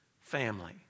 family